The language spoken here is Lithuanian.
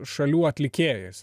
šalių atlikėjas